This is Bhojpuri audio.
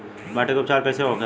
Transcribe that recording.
माटी के उपचार कैसे होखे ला?